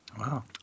Wow